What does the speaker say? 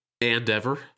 Endeavor